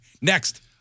Next